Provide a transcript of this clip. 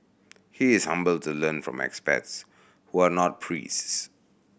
he is humble to learn from experts who are not priests